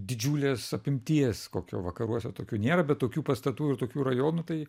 didžiulės apimties kokio vakaruose tokių nėra bet tokių pastatų ir tokių rajonų tai